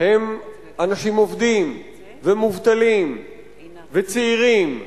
הם אנשים עובדים ומובטלים וצעירים ומבוגרים,